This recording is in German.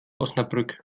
osnabrück